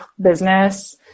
business